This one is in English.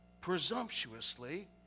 Presumptuously